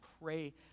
pray